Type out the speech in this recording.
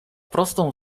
prostą